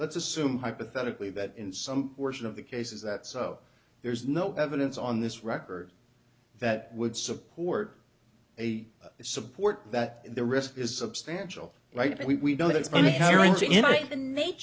let's assume hypothetically that in some worsen of the cases that so there's no evidence on this record that would support a support that the risk is substantial right but we